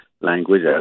language